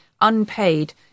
unpaid